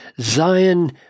Zion